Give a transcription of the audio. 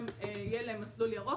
יהיה להם מסלול ירוק.